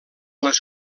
les